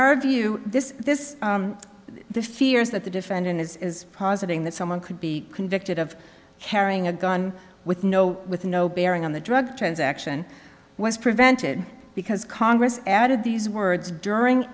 our view this this the fear is that the defendant is positing that someone could be convicted of carrying a gun with no with no bearing on the drug transaction was prevented because congress added these words during